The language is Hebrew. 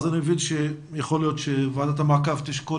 אני מבין שיכול להיות שוועדת המעקב תשקול